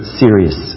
serious